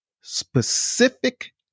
specific